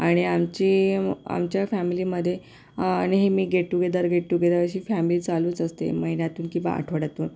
आणि आमची मं आमच्या फॅमिलीमध्ये नेहमी गेट टुगेदर गेट टुगेदर अशी फॅमी चालूच असते महिन्यातून किंवा आठवड्यातून